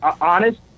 honest